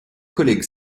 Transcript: collègue